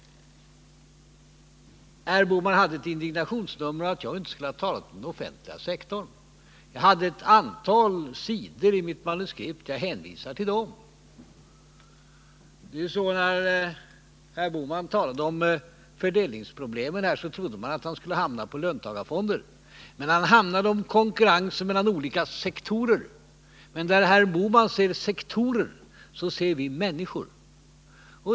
Herr Bohman gjorde ett indignationsnummer av att jag inte skulle ha talat om den offentliga sektorn. Jag hade ett antal sidor i mitt manuskript om detta — jag hänvisar till dessa. När herr Bohman talade om fördelningsproblemen trodde man att han skulle hamna på löntagarfonderna, men han talade i stället om konkurrensen mellan olika sektorer. Men där herr Bohman ser sektorer ser vi människor.